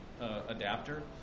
adapter